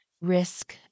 risk